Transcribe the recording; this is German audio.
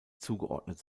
zugeordnet